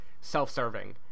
self-serving